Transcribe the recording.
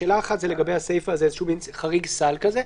שאלה אחת לגבי הסיפה, זה מין חריג סל כזה,